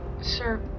sir